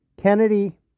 Kennedy